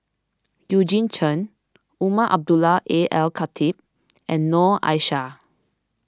Eugene Chen Umar Abdullah Al Khatib and Noor Aishah